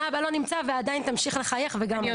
אבא לא נמצא ועדיין תמשיך לחייך וגם אני.